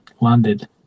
landed